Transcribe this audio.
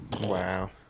Wow